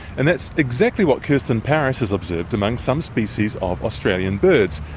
and that's exactly what kirsten parris has observed among some species of australian birds.